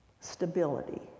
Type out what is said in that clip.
stability